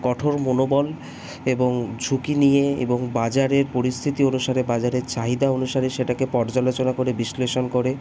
কঠোর মনোবল এবং ঝুঁকি নিয়ে এবং বাজারের পরিস্থিতি অনুসারে বাজারের চাহিদা অনুসারে সেটাকে পর্যালোচনা করে বিশ্লেষণ করে